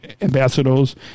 ambassadors